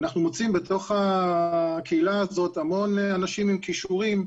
אנחנו מוצאים בתוך הקהילה הזו המון אנשים עם כישורים,